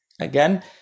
again